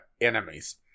enemies